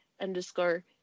underscore